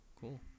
Cool